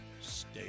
Stay